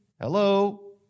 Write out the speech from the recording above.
Hello